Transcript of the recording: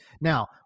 Now